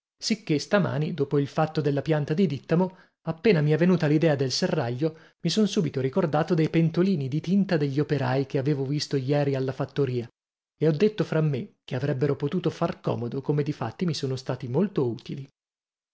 sicché stamani dopo il fatto della pianta di dìttamo appena mi è venuto l'idea del serraglio mi son subito ricordato dei pentolini di tinta degli operai che avevo visto ieri alla fattoria e ho detto fra me che avrebbero potuto far comodo come difatti mi sono stati molto utili